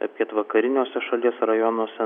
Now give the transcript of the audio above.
ir pietvakariniuose šalies rajonuose